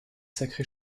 sacrée